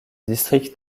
district